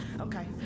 Okay